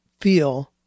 feel